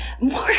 more